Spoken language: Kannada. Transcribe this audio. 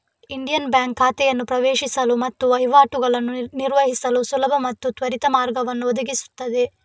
ಇಂಡಿಯನ್ ಬ್ಯಾಂಕ್ ಖಾತೆಯನ್ನು ಪ್ರವೇಶಿಸಲು ಮತ್ತು ವಹಿವಾಟುಗಳನ್ನು ನಿರ್ವಹಿಸಲು ಸುಲಭ ಮತ್ತು ತ್ವರಿತ ಮಾರ್ಗವನ್ನು ಒದಗಿಸುತ್ತದೆ